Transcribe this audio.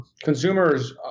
Consumers